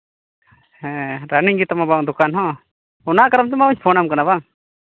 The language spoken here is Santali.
ᱦᱮᱸ ᱨᱟᱱᱤᱝ ᱜᱮᱛᱟᱢᱟ ᱵᱟᱝ ᱫᱚᱠᱟᱱ ᱦᱚᱸ ᱚᱱᱟ ᱠᱟᱨᱚᱱ ᱛᱮᱢᱟᱧ ᱯᱷᱳᱱᱟᱢ ᱠᱟᱱᱟ ᱵᱟᱝ